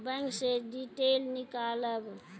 Bank से detail नीकालव?